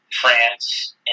France